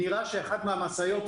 נראה שנהג אחת מהמשאיות,